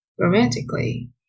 romantically